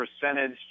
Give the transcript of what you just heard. percentage